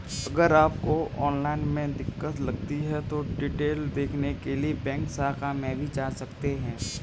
अगर आपको ऑनलाइन में दिक्कत लगती है तो डिटेल देखने के लिए बैंक शाखा में भी जा सकते हैं